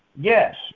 Yes